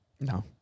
No